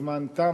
הזמן תם,